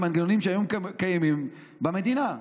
מנגנונים שהיום קיימים במדינה.